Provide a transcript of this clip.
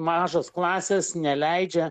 mažos klasės neleidžia